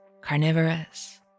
carnivorous